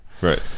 Right